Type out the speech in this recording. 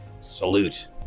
salute